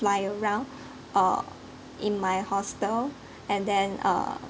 fly around uh in my hostel and then uh